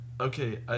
Okay